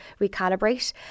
recalibrate